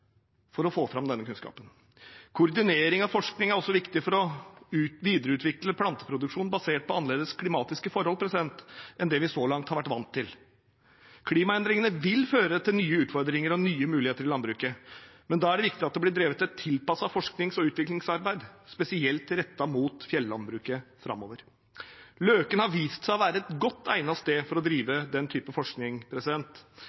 for å få fram denne kunnskapen. Koordinering av forskning er også viktig for å videreutvikle planteproduksjon basert på andre klimatiske forhold enn dem vi så langt har vært vant til. Klimaendringene vil føre til nye utfordringer og nye muligheter i landbruket, men da er det viktig at det blir drevet et tilpasset forsknings- og utviklingsarbeid spesielt rettet mot fjellandbruket framover. Løken har vist seg å være et godt egnet sted for å drive